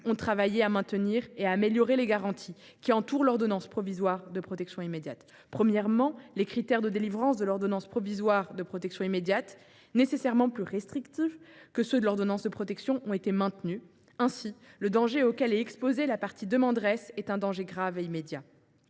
ont travaillé à maintenir et à améliorer les garanties qui entourent l’ordonnance provisoire de protection immédiate. Premièrement, les critères de délivrance de l’ordonnance provisoire de protection immédiate, nécessairement plus restrictifs que ceux de l’ordonnance de protection, ont été maintenus. Ainsi, le danger auquel est exposée la partie demanderesse doit être un danger grave et immédiat.